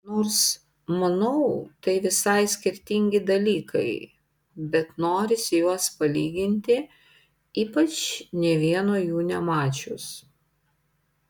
nors manau tai visiškai skirtingi dalykai bet norisi juos palyginti ypač nė vieno jų nemačius